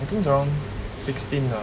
I think is around sixteen ah